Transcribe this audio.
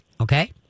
okay